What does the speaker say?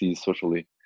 socially